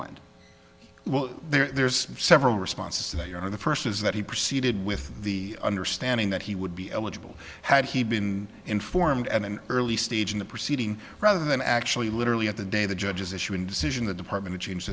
well there's several responses to that you know the first is that he proceeded with the understanding that he would be eligible had he been informed at an early stage in the proceeding rather than actually literally at the day the judges issue in decision the department changed